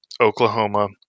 Oklahoma